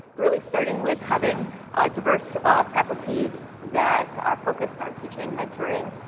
really starting with having a diverse faculty that are focused on teaching, mentoring,